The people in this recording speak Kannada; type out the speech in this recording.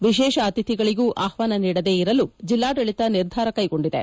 ವಿಶೇಷ ಅಧಿತಿಗಳಿಗೂ ಆಹ್ವಾನ ನೀಡದೇ ಇರಲು ಜಿಲ್ಲಾಡಳಿತ ನಿರ್ಧಾರ ಕೈಗೊಂಡಿದೆ